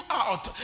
out